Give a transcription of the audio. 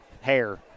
hair